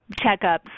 checkups